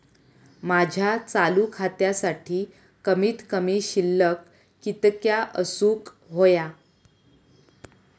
माझ्या चालू खात्यासाठी कमित कमी शिल्लक कितक्या असूक होया?